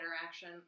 interaction